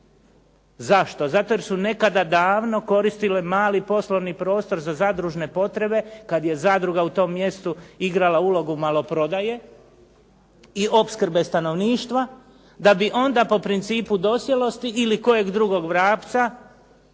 Zašto? Zato jer su nekada davno koristili mali poslovni prostor za zadružne potrebe kad je zadruga u tom mjestu igrala ulogu maloprodaje, i opskrbe stanovništva, da bi onda po principu dosjelosti ili kojeg drugog vrapca